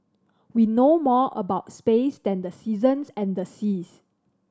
we know more about space than the seasons and the seas